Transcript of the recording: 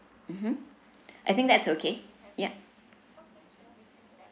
mmhmm I think that's okay yup